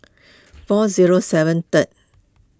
four zero seven third